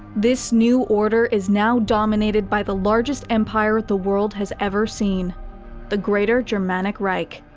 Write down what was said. this new order is now dominated by the largest empire the world has ever seen the greater germanic reich.